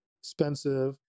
expensive